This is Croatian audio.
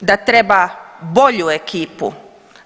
da treba bolju ekipu,